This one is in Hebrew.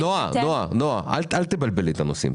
--- נועה, אל תבלבלי את הנושאים.